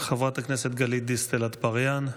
חברת הכנסת גלית דיסטל אטבריאן,